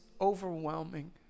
overwhelming